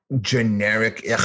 generic